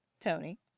Tony